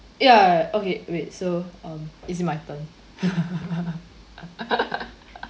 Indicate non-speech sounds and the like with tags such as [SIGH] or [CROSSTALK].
ya okay wait so um is it my turn [LAUGHS]